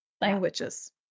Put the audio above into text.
languages